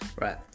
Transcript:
Right